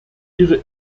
ihre